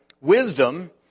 wisdom